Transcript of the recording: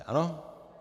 Ano?